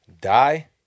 Die